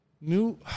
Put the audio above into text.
New